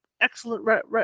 excellent